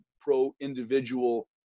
pro-individual